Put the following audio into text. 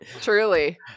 truly